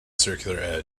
circular